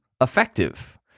effective